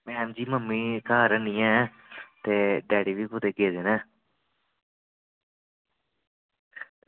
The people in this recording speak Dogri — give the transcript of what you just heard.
मैम जी मम्मी घर ऐनी ऐ ते डैडी बी कुदै गेदे न